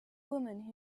woman